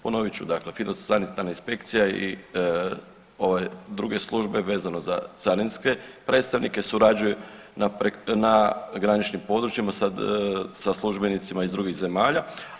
Ponovit ću dakle fitosanitarna inspekcija i ove druge službe vezano za carinske predstavnike surađuju na graničnim područjima sa službenicima iz drugih zemalja.